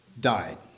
died